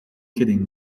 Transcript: kidding